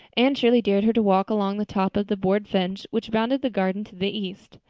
anne shirley dared her to walk along the top of the board fence which bounded the garden to the east.